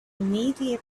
immediately